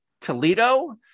Toledo